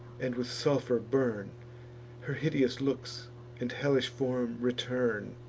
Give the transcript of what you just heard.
and with sulphur burn her hideous looks and hellish form return